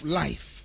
life